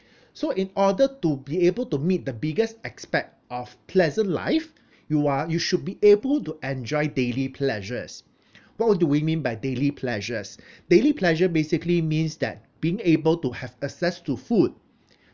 so in order to be able to meet the biggest aspect of pleasant life you are you should be able to enjoy daily pleasures what would do we mean by daily pleasures daily pleasure basically means that being able to have access to food